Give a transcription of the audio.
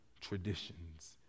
traditions